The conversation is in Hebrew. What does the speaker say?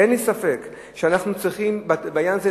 אין לי ספק שאנחנו צריכים לטפל בעניין הזה,